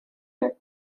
для